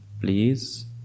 Please